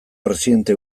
presidente